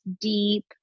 deep